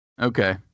Okay